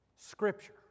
Scripture